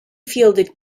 fielded